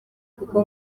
kuko